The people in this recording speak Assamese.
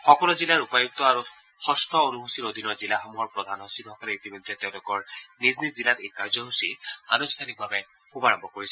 সকলো জিলাৰ উপায়ুক্ত আৰু যষ্ঠ অনুসূচীৰ অধীনৰ জিলাসমূহৰ প্ৰধান সচিবসকলে ইতিমধ্যে তেওঁলোকৰ নিজ নিজ জিলাত এই কাৰ্যসূচী আনুষ্ঠানিকভাৱে শুভাৰম্ভ কৰিছে